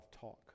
talk